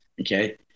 Okay